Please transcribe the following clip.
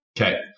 Okay